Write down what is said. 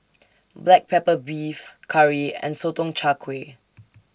Black Pepper Beef Curry and Sotong Char Kway